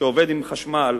שעובד עם חשמל,